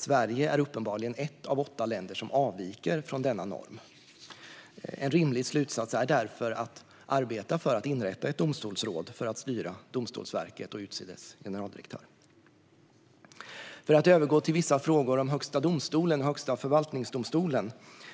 Sverige är uppenbarligen ett av åtta länder som avviker från denna norm. En rimlig slutsats är därför att arbeta för att inrätta ett domstolsråd för att styra Domstolsverket och utse dess generaldirektör. För att övergå till vissa frågor om Högsta domstolen och Högsta förvaltningsdomstolen